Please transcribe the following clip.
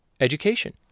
education